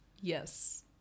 Yes